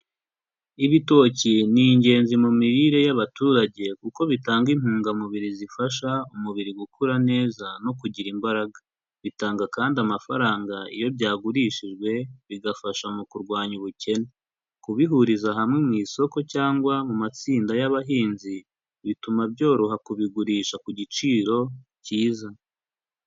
Ibitoki ni ingenzi mu mirire y'abaturage kuko bitanga intungamubiri zifasha umubiri gukura neza no kugira imbaraga, bitanga kandi amafaranga iyo byagurishijwe bigafasha mu kurwanya ubukene, kubihuriza hamwe mu isoko cyangwa mu matsinda y'abahinzi bituma byoroha kubigurisha ku giciro cyiza.